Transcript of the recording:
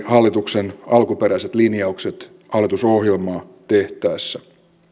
hallituksen alkuperäiset linjaukset hallitusohjelmaa tehtäessä